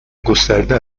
گسترده